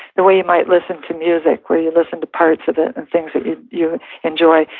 the way you might listen to music where you listen to parts of it and things that you you enjoy.